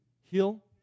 heal